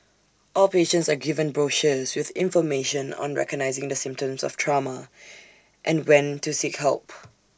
all patients are given brochures with information on recognising the symptoms of trauma and when to seek help